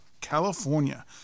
California